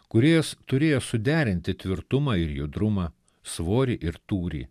kūrėjas turėjo suderinti tvirtumą ir judrumą svorį ir tūrį